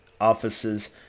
offices